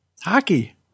hockey